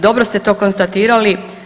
Dobro ste to konstatirali.